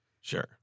Sure